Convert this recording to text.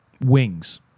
wings